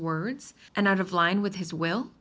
words and out of line with his will